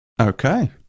Okay